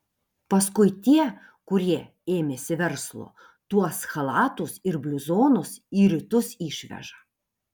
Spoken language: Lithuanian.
paskui tie kurie ėmėsi verslo tuos chalatus ir bliuzonus į rytus išveža